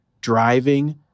driving